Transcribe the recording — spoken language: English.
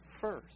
first